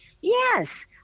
yes